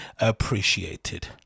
appreciated